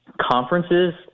conferences